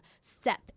step